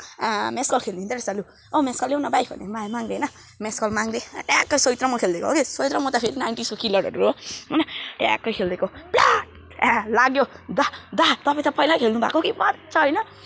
मेसकल खेल्दै रहेछ लु ओ मेसकल लेउन भाइ मागिदिए होइन मेसकल मागिदिए अनि ट्याक्कै सोहित र म खेल्देको के सोहित र म त फेरि नाइन्टिसको किलरहरू हो होइन ट्याक्कै खेल्दिएको प्ल्याक्क लाग्यो दा दा तपाईँ त पहिल्यै खेल्नुभएको भन्छ होइन